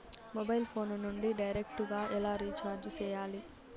mobile phone నుండి direct గా ఎలా రీచార్జి సేయాలి